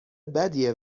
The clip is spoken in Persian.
بدیه